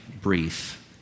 brief